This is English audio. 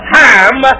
time